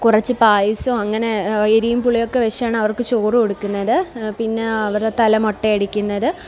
കുറച്ച് പായസം അങ്ങനെ എരിവും പുളിയുമൊക്കെവെച്ചാണ് അവര്ക്ക് ചോറ് കൊടുക്കുന്നത് പിന്നെ അവരുടെ തല മൊട്ടയടിക്കുന്നത്